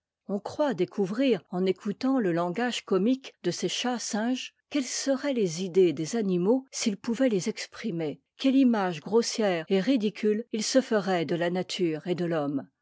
on croit découvrir en écoutant le langage comique de ces chats singes quelles seraient les idées des animaux s'ils pouvaient les exprimer quelle image grossière et ridicule ils se feraient de la nature et de l'homme